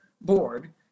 board